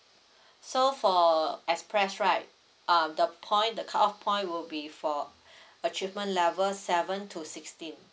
so for express right uh the point the cut off point will be for achievement level seven to sixteen